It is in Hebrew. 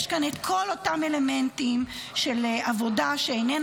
יש כאן את כל אותם אלמנטים של עבודה שאיננה